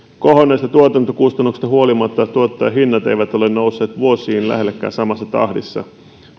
kohonneista tuotantokustannuksista huolimatta tuottajahinnat eivät ole nousseet vuosiin lähellekään samassa tahdissa